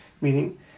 Meaning